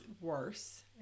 worse